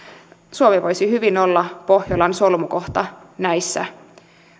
suomi voisi hyvin olla pohjolan solmukohta näissä